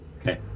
Okay